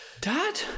Dad